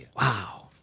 Wow